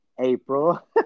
April